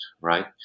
right